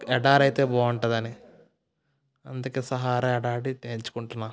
ఎడారి అయితే బాగుంటుందని అందుకే సహారా ఎడారి ఎంచుకుంటున్న